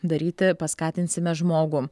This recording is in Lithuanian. daryti paskatinsime žmogų